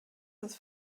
das